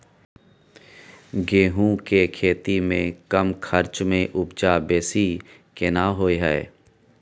गेहूं के खेती में कम खर्च में उपजा बेसी केना होय है?